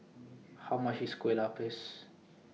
How much IS Kue Lupis